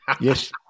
Yes